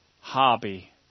hobby